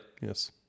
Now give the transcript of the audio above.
Yes